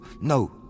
No